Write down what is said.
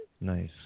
Nice